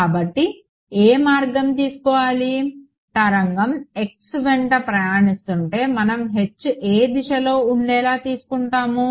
కాబట్టి ఏ మార్గం తీసుకోవాలి తరంగం x వెంట ప్రయాణిస్తుంటే మనం H ఏ దిశలో ఉండేలా తీసుకుంటాము